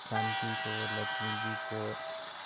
शान्तिको लक्ष्मीजीको